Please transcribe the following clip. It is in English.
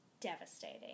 devastating